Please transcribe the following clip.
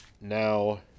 Now